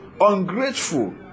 ungrateful